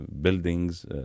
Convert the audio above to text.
buildings